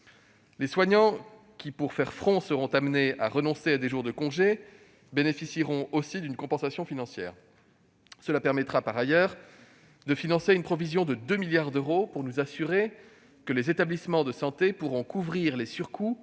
Les soignants qui, pour faire front, seront amenés à renoncer à des jours de congé bénéficieront aussi d'une compensation financière. Cela permettra, par ailleurs, de financer une provision de 2 milliards d'euros pour nous assurer que les établissements de santé pourront couvrir les surcoûts